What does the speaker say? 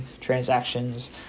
transactions